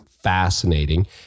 Fascinating